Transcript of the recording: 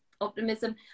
optimism